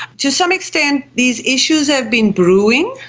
to some extent these issues have been brewing,